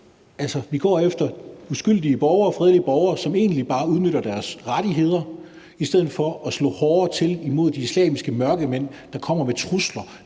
vi går efter uskyldige borgere, fredelige borgere, som egentlig bare udnytter deres rettigheder, i stedet for at slå hårdere til imod de islamiske mørkemænd, der kommer med trusler